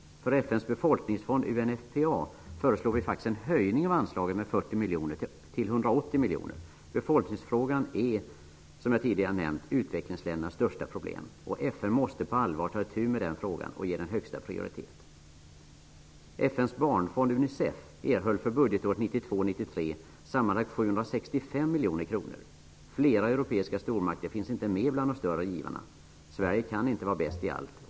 För FN:s befolkningsfond, UNFPA, föreslår vi en höjning av anslaget med 40 miljoner kronor till 180 miljoner kronor. Befolkningsfrågan är, som jag tidigare nämnt, utvecklingsländernas största problem. FN måste på allvar ta itu med denna fråga och ge den högsta prioritet. 1992/93 sammanlagt 765 miljoner kronor. Flera europeiska stormakter finns inte med bland de större givarna. Sverige kan inte vara bäst i allt.